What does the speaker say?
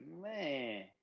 man